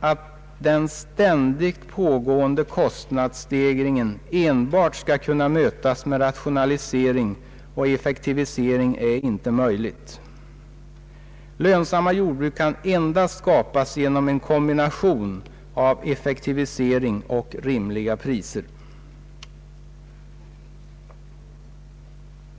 det är inte möjligt att den ständigt pågående kostnadsstegringen enbart skall kunna mötas med rationalisering och effektivisering. Lönsamma jordbruk kan endast skapas genom en kombination av effektivisering och rimliga priser.